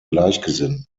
gleichgesinnten